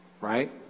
right